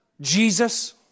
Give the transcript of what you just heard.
Jesus